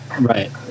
Right